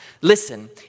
Listen